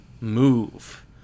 Move